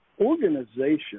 organization